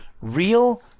real